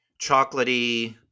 chocolatey